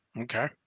Okay